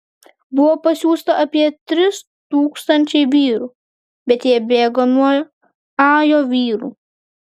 buvo pasiųsta apie trys tūkstančiai vyrų bet jie bėgo nuo ajo vyrų